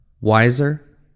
wiser